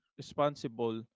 responsible